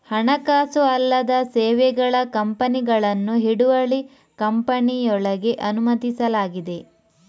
ಹಣಕಾಸು ಅಲ್ಲದ ಸೇವೆಗಳ ಕಂಪನಿಗಳನ್ನು ಹಿಡುವಳಿ ಕಂಪನಿಯೊಳಗೆ ಅನುಮತಿಸಲಾಗಿದೆ